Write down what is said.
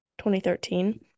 2013